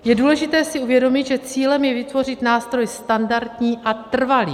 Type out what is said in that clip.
Je důležité si uvědomit, že cílem je vytvořit nástroj standardní a trvalý.